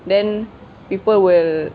then people will